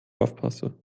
aufpasse